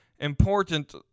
important